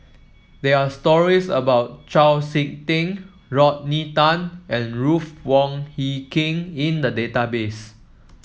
there are stories about Chau SiK Ting Rodney Tan and Ruth Wong Hie King in the database